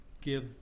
give